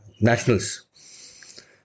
Nationals